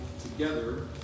together